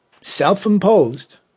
self-imposed